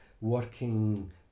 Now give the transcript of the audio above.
working